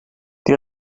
die